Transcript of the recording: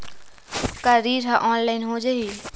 का ऋण ह ऑनलाइन हो जाही?